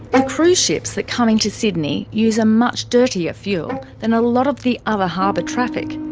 the cruise ships that come into sydney use a much dirtier fuel than a lot of the other harbour traffic,